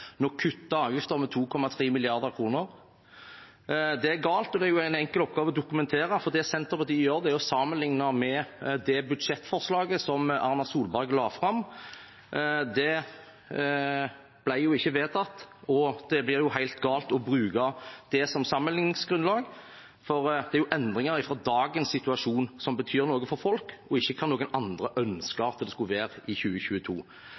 2,3 mrd. kr. Det er galt, og det er en enkel oppgave å dokumentere – det Senterpartiet gjør, er å sammenlikne med det budsjettforslaget som Erna Solberg la fram. Det ble ikke vedtatt, og det blir helt galt å bruke det som sammenlikningsgrunnlag; det er endringer fra dagens situasjon som betyr noe for folk, ikke hva noen andre ønsker at budsjettet skal være i 2022.